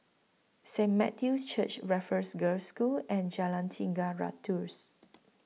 Saint Matthew's Church Raffles Girls' School and Jalan Tiga Ratus